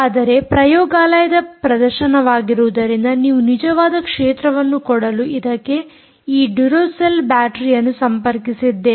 ಆದರೆ ಪ್ರಯೋಗಾಲಯದ ಪ್ರದರ್ಶನವಾಗಿರುವುದರಿಂದ ನಾವು ನಿಜವಾದ ಕ್ಷೇತ್ರವನ್ನು ಕೊಡಲು ಇದಕ್ಕೆ ಈ ಡುರೊಸೆಲ್ ಬ್ಯಾಟರೀ ಯನ್ನು ಸಂಪರ್ಕಿಸಿದ್ದೇವೆ